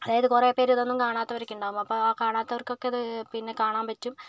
അതായത് കുറെ പേര് ഇതൊന്നും കാണാത്തവരൊക്കെ ഉണ്ടാകും അപ്പം ആ കാണാത്തവർക്കൊക്കെ ഇത് പിന്നെ കാണാൻ പറ്റും